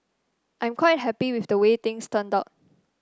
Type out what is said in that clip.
I'm quite happy with the way things turned out